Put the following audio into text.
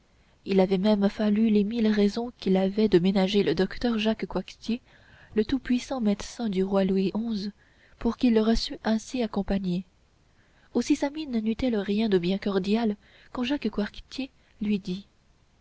il avait même fallu les mille raisons qu'il avait de ménager le docteur jacques coictier le tout-puissant médecin du roi louis xi pour qu'il le reçût ainsi accompagné aussi sa mine neut elle rien de bien cordial quand jacques coictier lui dit